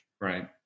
Right